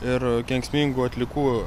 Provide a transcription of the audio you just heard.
ir kenksmingų atliekų